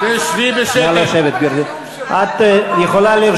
אתה לא תדבר